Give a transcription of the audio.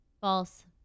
False